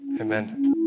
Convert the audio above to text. Amen